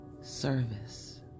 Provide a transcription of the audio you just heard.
Service